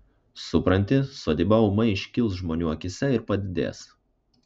supranti sodyba ūmai iškils žmonių akyse ir padidės